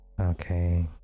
Okay